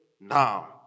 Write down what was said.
now